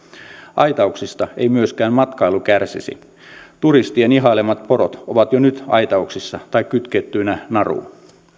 aitauksista ei myöskään matkailu kärsisi turistien ihailemat porot ovat jo nyt aitauksissa tai kytkettyinä naruun